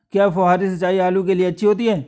क्या फुहारी सिंचाई आलू के लिए अच्छी होती है?